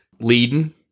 Leading